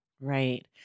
right